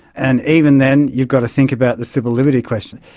and even then you've got to think about the civil liberty question.